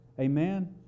Amen